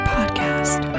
Podcast